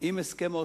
עם הסכם אוסלו,